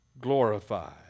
glorified